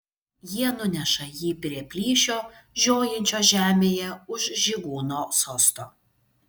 jie nuneša jį prie plyšio žiojinčio žemėje už žygūno sosto